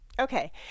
Okay